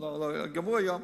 גמרו היום.